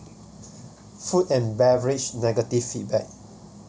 food and beverage negative feedback